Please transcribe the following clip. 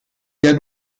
jij